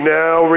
now